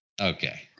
okay